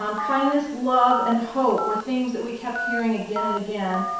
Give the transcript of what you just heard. um kindness, love, and hope were themes that we kept hearing again and again.